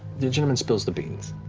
the gentleman spills the beans.